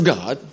God